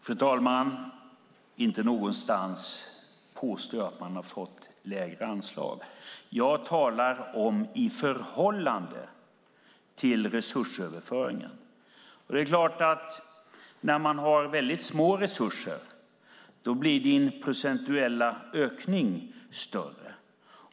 Fru talman! Inte någonstans påstår jag att de fått lägre anslag. Jag talar om anslagen i förhållande till resursöverföringen. När man har väldigt små resurser blir den procentuella ökningen naturligtvis större.